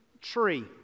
tree